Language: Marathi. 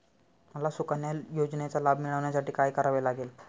मला सुकन्या योजनेचा लाभ मिळवण्यासाठी काय करावे लागेल?